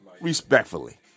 Respectfully